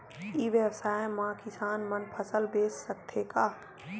ई व्यवसाय म किसान मन फसल बेच सकथे का?